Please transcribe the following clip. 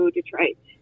Detroit